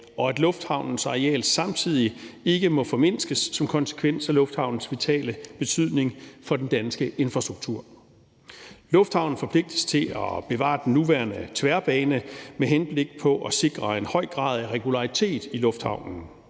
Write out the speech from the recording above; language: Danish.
og at lufthavnens areal samtidig ikke må formindskes som konsekvens af lufthavnens vitale betydning for den danske infrastruktur. Lufthavnen forpligtes til at bevare den nuværende tværbane med henblik på at sikre en høj grad af regularitet i lufthavnen,